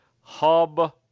Hub